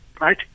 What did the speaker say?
right